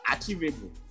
achievable